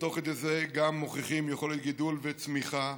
ותוך כדי זה גם מוכיחים יכולת גידול וצמיחה.